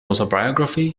autobiography